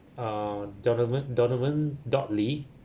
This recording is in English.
ah donovan donovan dot lee